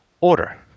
order